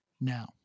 now